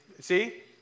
See